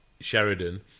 Sheridan